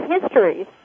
histories